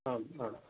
आम् आम्